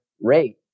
rate